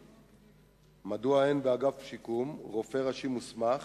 2. מדוע אין באגף השיקום רופא ראשי מוסמך,